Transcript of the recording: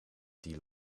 die